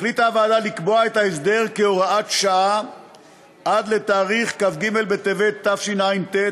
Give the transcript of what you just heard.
החליטה הוועדה לקבוע את ההסדר כהוראת שעה עד לתאריך כ"ג בטבת תשע"ט,